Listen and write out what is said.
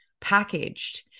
packaged